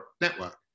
network